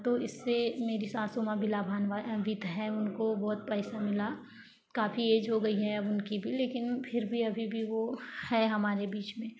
तो इससे मेरी सासू माँ भी लाभान्वित है उनको बहुत पैसा मिला काफ़ी ऐज हो गई है अब उनकी भी लेकिन फिर भी अभी भी वो हैं हमारे बीच में